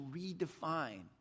redefine